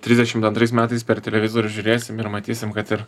trisdešim antrais metais per televizorių žiūrėsim ir matysim kad ir